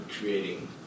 creating